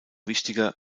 wichtiger